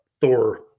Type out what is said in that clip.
Thor